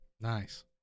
Nice